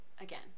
again